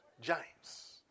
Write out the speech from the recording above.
giants